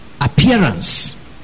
appearance